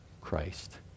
Christ